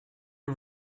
are